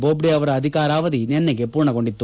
ಬೋಬಡೆ ಅವರ ಅಧಿಕಾರಾವಧಿ ನಿನ್ನೆಗೆ ಪೂರ್ಣಗೊಂಡಿತ್ತು